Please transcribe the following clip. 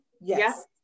Yes